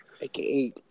AKA